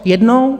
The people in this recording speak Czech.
Jednou?